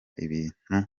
ibintu